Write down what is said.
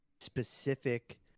specific